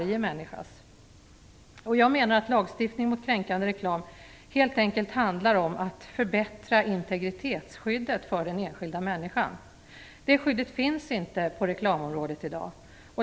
Jag menar att lagstiftning mot kränkande reklam helt enkelt handlar om att förbättra integritetsskyddet för den enskilda människan. Det skyddet finns inte på reklamområdet i dag.